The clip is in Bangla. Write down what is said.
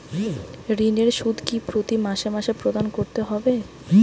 ঋণের সুদ কি প্রতি মাসে মাসে প্রদান করতে হবে?